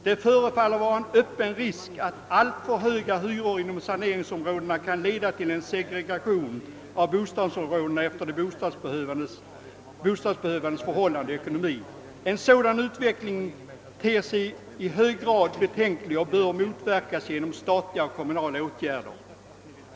Det förefaller att vara en öppen risk att alltför höga hyror inom saneringsområdena kan leda till en segregation av bostadsområdena efter de bostadsbehövandes ekonomiska förhållanden. En sådan utveckling ter sig i hög grad betänklig och bör motverkas genom statliga och kommunala åtgärder.